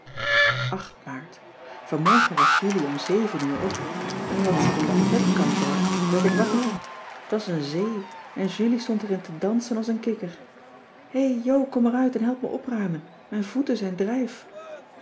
maart vanmorgen was julie om zeven uur op en omdat ze de lampetkan brak werd ik wakker t was een zee en julie stond erin te dansen als een kikker hé jo kom eruit en help me opruimen mijn voeten zijn drijf